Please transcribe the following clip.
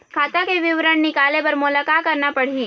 खाता के विवरण निकाले बर मोला का करना पड़ही?